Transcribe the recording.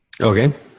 Okay